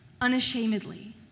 unashamedly